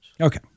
Okay